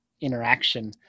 interaction